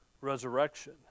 resurrection